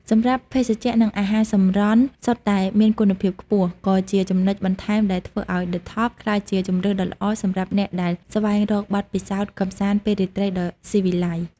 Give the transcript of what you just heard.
សម្រាប់ភេសជ្ជៈនិងអាហារសម្រន់សុទ្ធតែមានគុណភាពខ្ពស់ ក៏ជាចំណុចបន្ថែមដែលធ្វើឱ្យ ឌឹ ថប់ ក្លាយជាជម្រើសដ៏ល្អសម្រាប់អ្នកដែលស្វែងរកបទពិសោធន៍កម្សាន្តពេលរាត្រីដ៏ស៊ីវិល័យ។